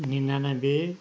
निनानब्बे